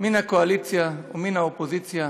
מהקואליציה ומהאופוזיציה,